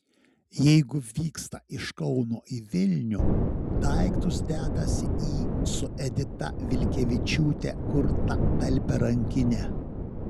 jeigu vyksta iš kauno į vilnių daiktus dedasi į su edita vilkevičiūte kurtą talpią rankinę